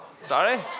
Sorry